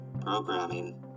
programming